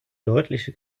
deutliche